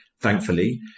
thankfully